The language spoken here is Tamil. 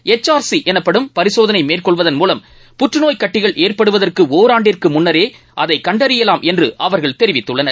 ஹெச் ஆர் சி எனப்படும் பரிசோதனை மேற்கொள்வதன் மூவம் புற்றுநோய் கட்டிகள் ஏற்படுவதற்கு ஒராண்டிற்கு முன்னரே அதை கண்டறியலாம் என்று அவர்கள் தெரிவித்துள்ளனர்